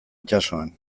itsasoan